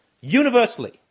Universally